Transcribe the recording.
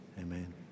Amen